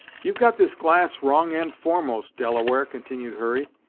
you've got this glass wrong end foremost, delaware, continued hurry.